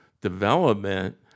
development